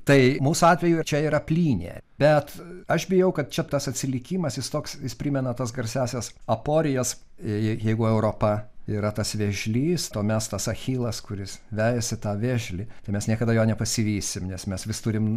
tai mūsų atveju čia yra plynė bet aš bijau kad čia tas atsilikimas jis toks jis primena tas garsiąsias aporijas jei jeigu europa yra tas vėžlys o mes tas achilas kuris vejasi tą vėžlį tai mes niekada jo ne pasivysim nes mes vis turim